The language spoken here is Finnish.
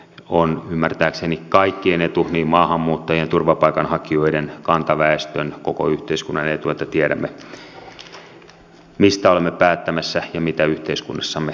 on ymmärtääkseni kaikkien etu niin maahanmuuttajien turvapaikanhakijoiden kantaväestön koko yhteiskunnan että tiedämme mistä olemme päättämässä ja mitä yhteiskunnassamme tapahtuu